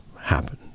happen